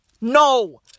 No